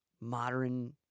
modern